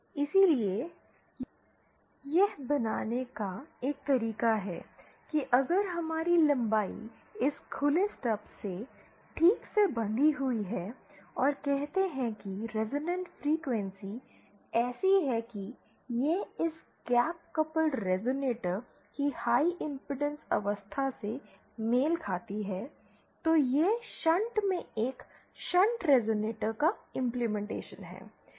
इसलिए यह बनाने का एक तरीका है कि अगर हमारी लंबाई इस खुले स्टब से ठीक से बंधी हुई है और कहते हैं कि रिजोनेंट फ्रीक्वेंसी ऐसी है कि यह इस गैप कपलड रेज़ोनेटर की हाई इमपीडेंस अवस्था से मेल खाती है तो यह शंट में एक शंट रेज़ोनेटर का इंपलीमेनटेशन है